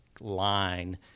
line